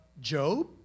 Job